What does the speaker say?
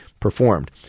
performed